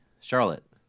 Charlotte